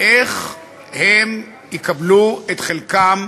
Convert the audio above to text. איך הם יקבלו את חלקם